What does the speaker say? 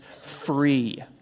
free